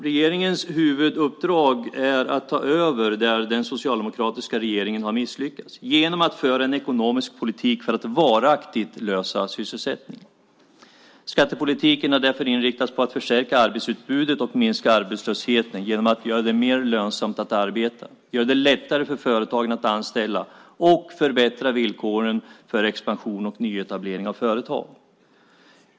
Regeringens huvuduppdrag är att ta över där den socialdemokratiska regeringen har misslyckats genom att föra en ekonomisk politik för att varaktigt lösa sysselsättningsproblemet. Skattepolitiken har därför inriktats på att försäkra arbetsutbudet och minska arbetslösheten genom att göra det mer lönsamt att arbeta, göra det lättare för företagen att anställa och förbättra villkoren för expansion och nyetablering av företag.